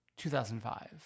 2005